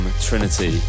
Trinity